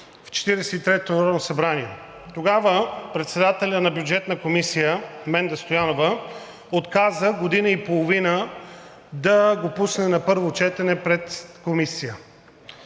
третото народно събрание. Тогава председателят на Бюджетната комисия Менда Стоянова отказа година и половина да го пусне на първо четене пред Комисия.